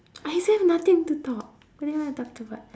I still have nothing to talk what do you want to talk about